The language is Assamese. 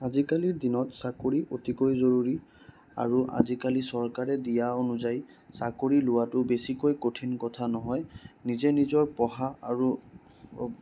আজিকালি দিনত চাকৰি অতিকৈ জৰুৰী আৰু আজিকালি চৰকাৰে দিয়া অনুযায়ী চাকৰি লোৱাতো বেছিকৈ কঠিন কথা নহয় নিজে নিজৰ পঢ়া আৰু